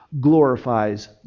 glorifies